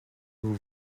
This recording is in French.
vous